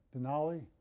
Denali